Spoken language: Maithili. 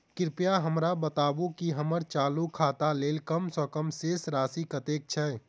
कृपया हमरा बताबू की हम्मर चालू खाता लेल कम सँ कम शेष राशि कतेक छै?